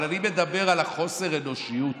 אבל אני מדבר על חוסר האנושיות